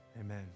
Amen